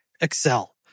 Excel